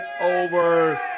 over